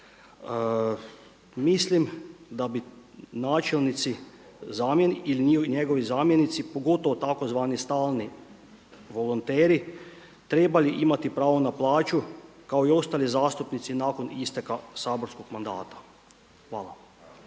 Mislim da bi načelnici ili njegovi zamjenici pogotovo tzv. stalni volonteri, trebali imati pravo na plaću kao i ostali zastupnici nakon isteka saborskog mandata. Hvala.